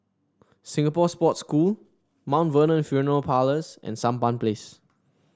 Singapore Sports School Mount Vernon Funeral Parlours and Sampan Place